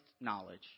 knowledge